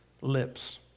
lips